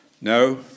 No